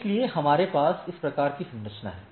इसलिए हमारे पास इस प्रकार की संरचना है